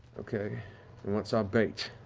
okay. and what's our bait?